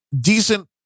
decent